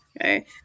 okay